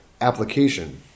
application